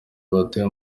batuye